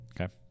okay